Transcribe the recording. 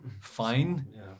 fine